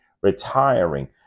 retiring